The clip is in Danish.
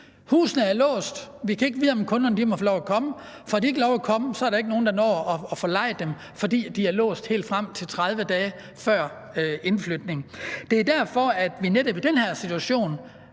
Husene er låst, vi kan ikke vide, om kunderne må få lov at komme. Får de ikke lov at komme, er der ikke nogen, der når at få lejet husene, fordi de er låst frem til 30 dage før indflytning. Det er derfor, at vi netop i den her situation